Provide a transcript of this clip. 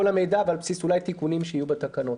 המידע ועל בסיס אולי תיקונים שיהיו בתקנות.